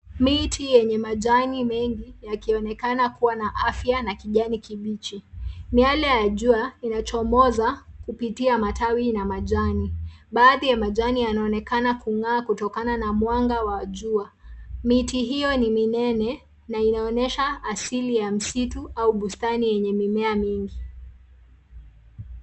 Miti yenye majani mengi yakionekana kua na afya na kijani kibichi miale ya jua inachomoza kupitia matawi na majani baadhi ya majani yanaonekana kungaa kutokana na mwanga wa jua miti hio ni minene na inaonyesha asili ya msitu au bustani yenye mimea mingi.